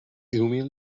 vino